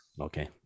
Okay